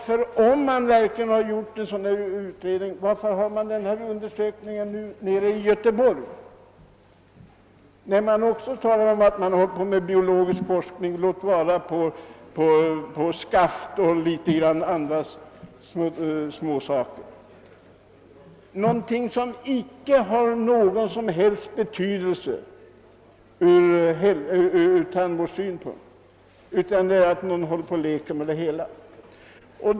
Och om det verkligen gjorts en utredning, varför genomförs då denna undersökning i Göteborg, där det också talas om biologisk forskning — låt vara att det gäller skaft och litet andra småsaker? Det är någonting som icke har någon som helst betydelse ur tandvårdssynpunkt, utan man håller bara på och leker med detta.